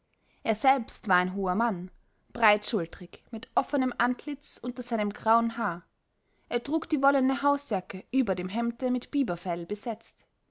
er selbst war ein hoher mann breitschultrig mit offenem antlitz unter seinem grauen haar er trug die wollene hausjacke über dem hemde mit biberfell besetzt